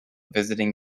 visiting